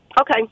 okay